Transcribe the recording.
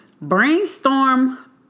Brainstorm